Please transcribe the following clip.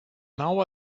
hour